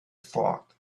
thought